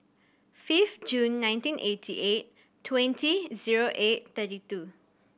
fifth June nineteen eighty eight twenty zero eight thirty two